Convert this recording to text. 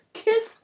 kiss